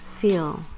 feel